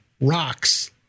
rocks